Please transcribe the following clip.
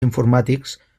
informàtics